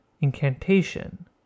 Incantation